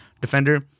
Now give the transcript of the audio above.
Defender